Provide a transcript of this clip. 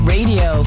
Radio